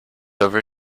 over